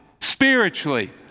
spiritually